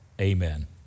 amen